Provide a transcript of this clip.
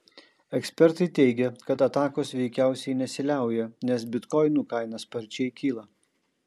ekspertai teigia kad atakos veikiausiai nesiliauja nes bitkoinų kaina sparčiai kyla